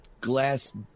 glass